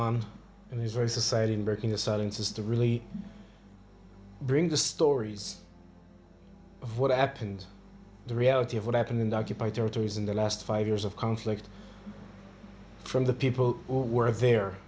these very society and breaking the silence is to really bring the stories of what happened the reality of what happened in the occupied territories in the last five years of conflict from the people who were there